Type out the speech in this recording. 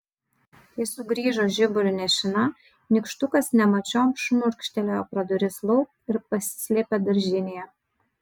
kai sugrįžo žiburiu nešina nykštukas nemačiom šmurkštelėjo pro duris lauk ir pasislėpė daržinėje